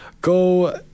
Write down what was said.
go